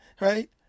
right